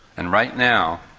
and right now,